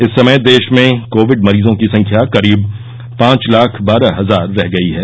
इस समय देश में कोविड मरीजों की संख्या करीब पांच लाख बारह हजार रह गई है